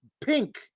pink